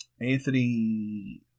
Anthony